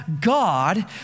God